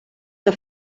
que